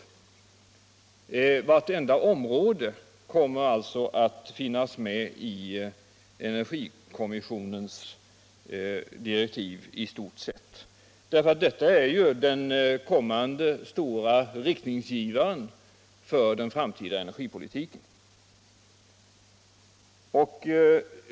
I stort sett vartenda område kommer alltså att finnas i cenergikommissionens direktiv, eftersom det här gäller den kommande stora riktningsgivaren för den framtida energipolitiken.